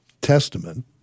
testament